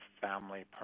family